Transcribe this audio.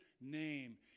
name